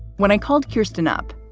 when i called kirsten up,